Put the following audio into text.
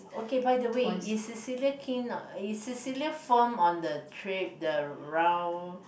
okay by the way is Cecilia keen not is Cecilia fond on the trip the round